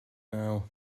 now